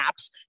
apps